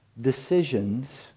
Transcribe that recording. decisions